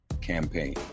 Campaign